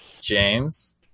James